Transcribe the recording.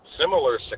similar